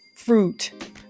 Fruit